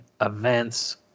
events